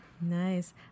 Nice